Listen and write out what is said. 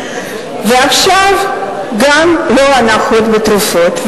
ועכשיו גם לא הנחות בתרופות.